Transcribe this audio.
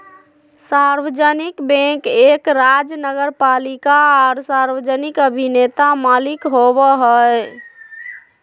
सार्वजनिक बैंक एक राज्य नगरपालिका आर सार्वजनिक अभिनेता मालिक होबो हइ